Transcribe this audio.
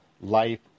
life